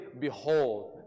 behold